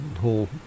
whole